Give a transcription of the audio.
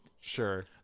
Sure